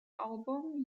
album